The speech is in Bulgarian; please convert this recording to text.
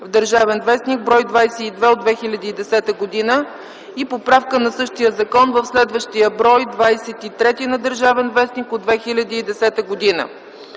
в „Държавен вестник”, бр. 22 от 2010 г. и поправка на същия закон в следващия бр. 23 на „Държавен вестник” от 2010 г.